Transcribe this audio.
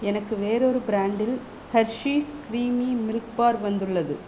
எனக்கு வேறொரு பிராண்டில் ஹெர்ஷீஸ் கிரீமி மில்க் பார் வந்துள்ளது